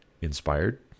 inspired